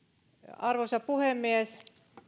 arvoisa puhemies